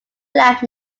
left